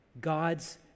God's